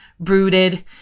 brooded